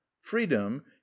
freedom